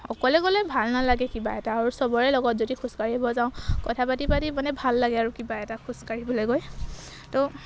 অকলে গ'লে ভাল নালাগে কিবা এটা আৰু চবৰে লগত যদি খোজ কাঢ়িব যাওঁ কথা পাতি পাতি মানে ভাল লাগে আৰু কিবা এটা খোজ কাঢ়িবলৈ গৈ তো